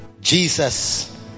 Jesus